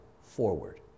forward